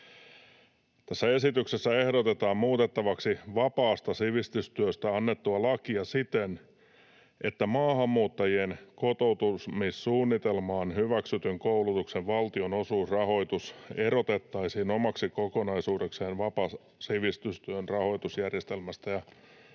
Tässä esityksessä ehdotetaan muutettavaksi vapaasta sivistystyöstä annettua lakia siten, että maahanmuuttajien kotoutumissuunnitelmaan hyväksytyn koulutuksen valtionosuusrahoitus erotettaisiin omaksi kokonaisuudekseen vapaan sivistystyön rahoitusjärjestelmässä.